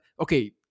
okay